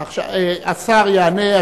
השר יענה.